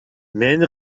мени